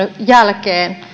jälkeen